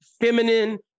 feminine